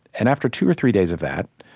and after two or three days of that,